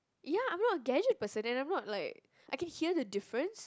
ya I'm not a gadget person and I'm not like I can hear the difference